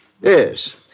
Yes